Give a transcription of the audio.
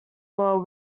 were